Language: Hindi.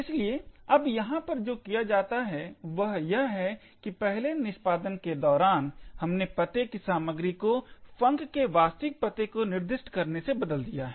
इसलिए अब यहाँ पर जो किया जाता है वह यह है कि पहले निष्पादन के दौरान हमने पते की सामग्री को func के वास्तविक पते को निर्दिष्ट करने से बदल दिया है